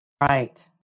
Right